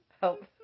Help